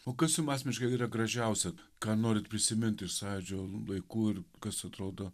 o kas jum asmeniškai yra gražiausia ką norit prisimint iš sąjūdžio laikų ir kas atrodo